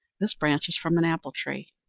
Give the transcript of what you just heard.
this branch is from an apple tree.